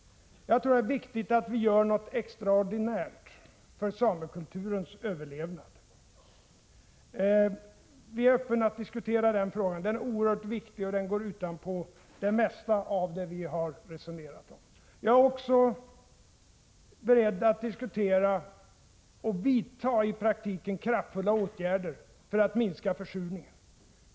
Jag tror det är viktigt att göra något extraordinärt för samekulturens överlevnad. Vi är öppna för att diskutera den frågan. Den är oerhört viktig, och den går utanpå det mesta av det som vi har resonerat om. Jag är också beredd att diskutera och i praktiken vidta kraftfulla åtgärder för att vi skall minska försurningen.